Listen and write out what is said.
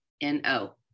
N-O